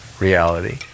reality